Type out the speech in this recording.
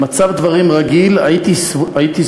במצב דברים רגיל, הייתי סבורה,